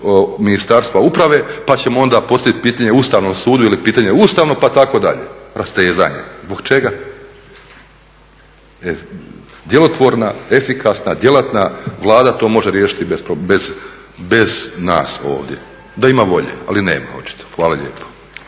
Ministarstva uprave pa ćemo onda postaviti pitanje Ustavnom sudu jel je pitanje ustavno itd. rastezanje. Zbog čega? Djelotvorna, efikasna, djelatna Vlada to može riješiti bez nas ovdje da ima volje, ali nema očito. Hvala lijepo.